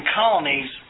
colonies